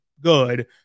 good